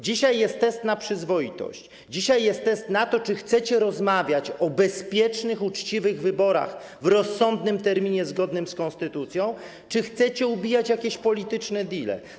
Dzisiaj jest test na przyzwoitość, dzisiaj jest test na to, czy chcecie rozmawiać o bezpiecznych, uczciwych wyborach przeprowadzanych w rozsądnym terminie zgodnym z konstytucją, czy chcecie robić jakieś polityczne deale.